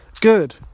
Good